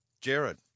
Jared